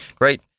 Great